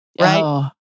right